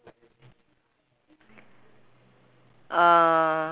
uh